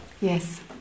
Yes